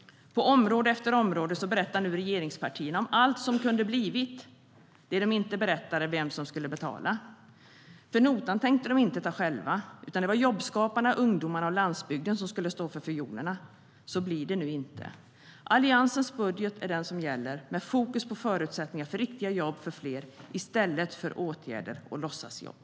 På område efter område berättar nu regeringspartierna om allt som kunde ha blivit. Det de inte berättar är vem som skulle betala. Notan tänkte de inte ta själva, utan det var jobbskaparna, ungdomarna och landsbygden som skulle stå för fiolerna. Så blir det nu inte. Alliansens budget är den som gäller, med fokus på förutsättningar för riktiga jobb för fler i stället för åtgärder och låtsasjobb.